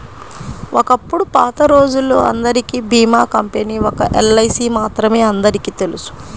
ఒకప్పుడు పాతరోజుల్లో అందరికీ భీమా కంపెనీ ఒక్క ఎల్ఐసీ మాత్రమే అందరికీ తెలుసు